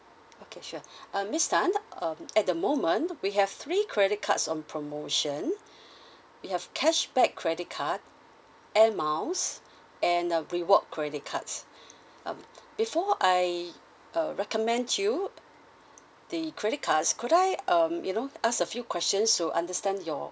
okay sure uh miss tan um at the moment we have three credit cards on promotion we have cashback credit card air miles and uh reward credit cards um before I err recommend you the credit cards could I um you know ask a few questions to understand your